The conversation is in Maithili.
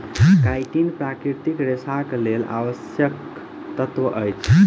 काइटीन प्राकृतिक रेशाक लेल आवश्यक तत्व अछि